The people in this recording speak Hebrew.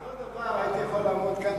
אבל את אותו דבר הייתי יכול לעמוד כאן,